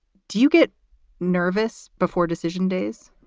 do you get nervous before decision days?